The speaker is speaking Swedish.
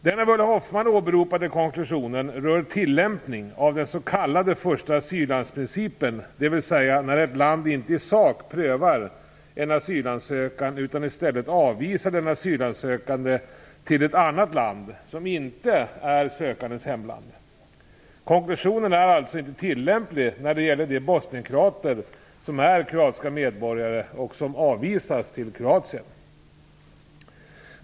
Den av Ulla Hoffmann åberopade konklusionen rör tillämpning av den s.k. första asyllandsprincipen, dvs. när ett land i sak inte prövar en asylansökan utan i stället avvisar den asylsökande till ett annat land som inte är sökandens hemland. Konklusionen är alltså inte tillämplig när det gäller de bosnienkroater som är kroatiska medborgare och som avvisas till Kroatien.